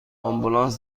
آمبولانس